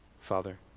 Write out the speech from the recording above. Father